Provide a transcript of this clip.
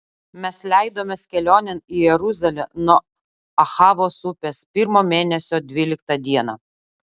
mes leidomės kelionėn į jeruzalę nuo ahavos upės pirmo mėnesio dvyliktą dieną